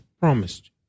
promised